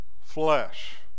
flesh